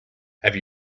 have